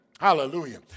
Hallelujah